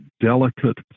delicate